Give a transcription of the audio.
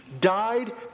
died